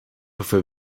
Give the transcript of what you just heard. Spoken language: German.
hoffe